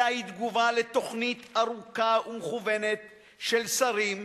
אלא הם תגובה לתוכנית ארוכה ומכוונת של שרים,